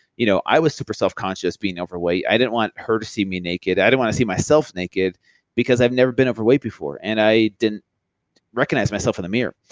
you know i was super self conscious being overweight. i didn't want her to see me naked. i didn't want to see myself naked because i've never been overweight before and i didn't recognize myself in the mirror.